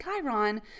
Chiron